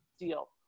deal